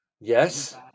Yes